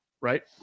right